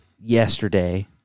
yesterday